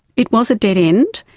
it was a dead end,